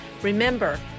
Remember